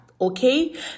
Okay